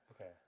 Okay